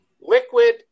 liquid